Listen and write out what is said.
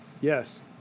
Yes